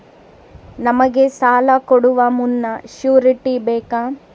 ನಮಗೆ ಸಾಲ ಕೊಡುವ ಮುನ್ನ ಶ್ಯೂರುಟಿ ಬೇಕಾ?